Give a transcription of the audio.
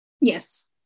Yes